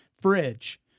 fridge